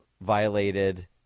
violated